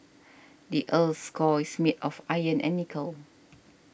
the earth's core is made of iron and nickel